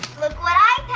look what i